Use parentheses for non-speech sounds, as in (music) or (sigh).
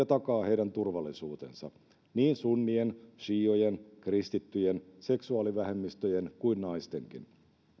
(unintelligible) takaa heidän turvallisuutensa niin sunnien siiojen kristittyjen seksuaalivähemmistöjen kuin naistenkin